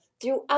throughout